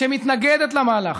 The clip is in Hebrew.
שמתנגדת למהלך,